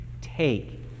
take